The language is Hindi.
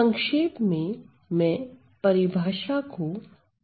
संक्षेप में मैं परिभाषा को इस तरीके से कहता हूं